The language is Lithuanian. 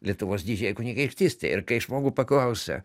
lietuvos didžiąją kunigaikštystę ir kai žmogų paklausia